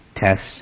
tests